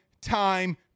time